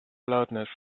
loudness